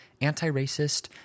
anti-racist